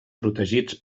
protegits